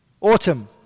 Autumn